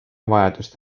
vajadust